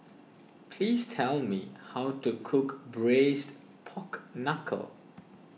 please tell me how to cook Braised Pork Knuckle